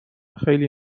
خیلی